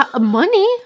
money